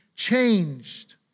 changed